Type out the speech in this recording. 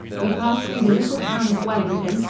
we passed through the little town of wellington,